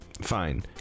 fine